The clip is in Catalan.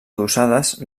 adossades